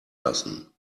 lassen